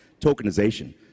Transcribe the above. tokenization